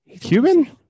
Cuban